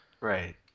Right